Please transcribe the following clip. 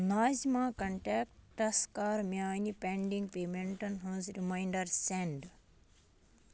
Nazma contacts کَر میانہِ pending پیٚمٮ۪نٹَن ہٕنٛز ریمنانڑر سٮ۪نٛڈ